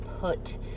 put